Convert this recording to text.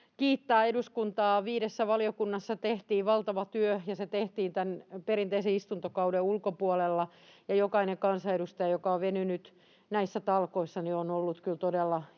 kiittää myös eduskuntaa. Viidessä valiokunnassa tehtiin valtava työ ja se tehtiin tämän perinteisen istuntokauden ulkopuolella. Jokainen kansanedustaja, joka on venynyt näissä talkoissa, on ollut kyllä todella